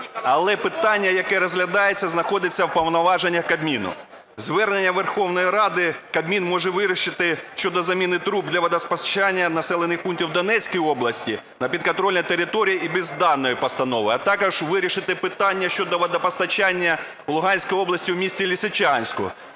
але питання, яке розглядається, знаходиться в повноваженнях Кабміну. Звернення Верховної Ради Кабмін може вирішити щодо заміни труб для водопостачання населених пунктів Донецької області на підконтрольній території і без даної постанови. А також вирішити питання щодо водопостачання в Луганській області у місті Лисичанську.